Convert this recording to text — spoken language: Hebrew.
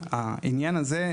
העניין הזה,